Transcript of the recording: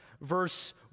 verse